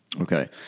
Okay